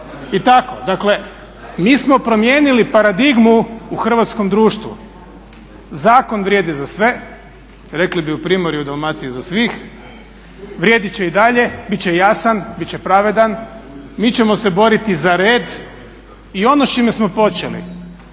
i tako. Dakle, mi smo promijenili paradigmu u hrvatskom društvu. Zakon vrijedi za sve, rekli bi u primorju i Dalmaciji za svih, vrijedit će i dalje, bit će jasan, bit će pravedan. Mi ćemo se boriti za red i ono s čime smo počeli